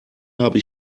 habe